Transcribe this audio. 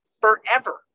forever